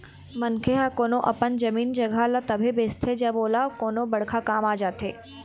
मनखे ह कोनो अपन जमीन जघा ल तभे बेचथे जब ओला कोनो बड़का काम आ जाथे